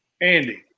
Andy